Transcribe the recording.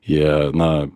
jie na